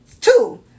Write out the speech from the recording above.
two